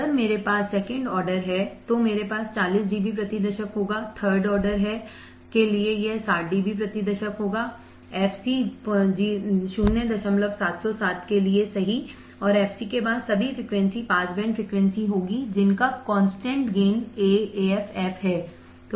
अगर मेरे पास सेकंड ऑर्डर है तो मेरे पास 40 डीबी प्रति दशक होगा थर्ड ऑर्डर 9Third orderके लिए 60 डीबी प्रति दशक होगा fc 0707 के लिए सही और fc के बाद सभी फ्रीक्वेंसी पास बैंड फ्रीक्वेंसी होंगी जिनका constant gain A Af f है